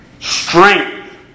strength